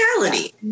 reality